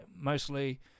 mostly